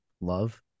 Love